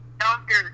Doctor